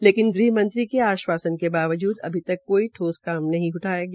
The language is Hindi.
लेकिन गृहमंत्री के आश्वासन के बावजूद अभी तक कोई ठोस कदम नहीं उठाया गया